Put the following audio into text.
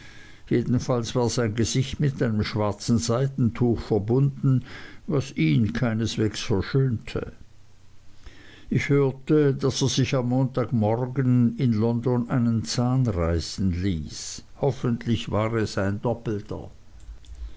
jedenfalls war sein gesicht mit einem schwarzen seidentuch verbunden was ihn keineswegs verschönte ich hörte daß er sich am montag morgens in london einen zahn reißen ließ hoffentlich war es ein doppelter